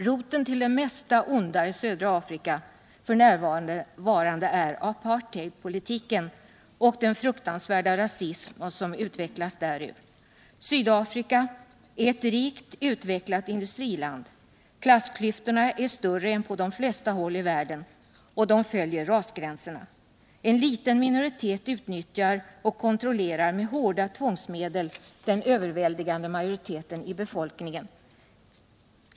Roten till det mesta onda i södra Afrika f. n. är apartheidpolitiken och den fruktansvärda rasism som utvecklats därur. Sydafrika är ett rikt och utvecklat industriland. Klassklyftorna är större än på de flesta håll i världen och de följer rasgränserna. En liten minoritet utnyttjar och kontrollerar med hårda tvångsmedel den överväldigande majoriteten av befolkningen.